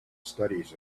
studies